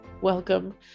welcome